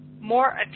more